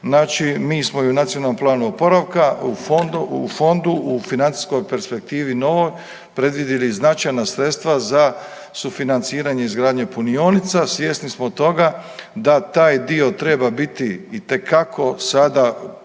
Znači mi smo i u Nacionalnom planu oporavka u fondu, u financijskoj perspektivi novoj predvidjeli značajna sredstva za sufinanciranje izgradnje punionica. Svjesni smo toga da taj dio treba biti itekako sada fokus